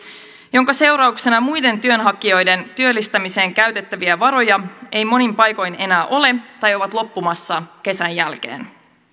minkä seurauksena muiden työnhakijoiden työllistämiseen käytettäviä varoja ei monin paikoin enää ole tai ne ovat loppumassa kesän jälkeen